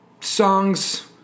songs